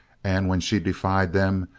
and when she defied them,